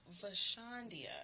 Vashandia